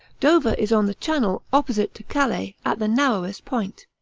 dover is on the channel, opposite to calais, at the narrowest point.